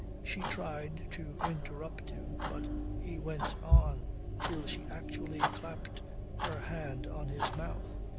she tried to interrupt him but he went on till she actually clapped her hand on his mouth.